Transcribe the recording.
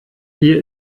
hier